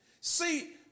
See